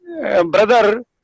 brother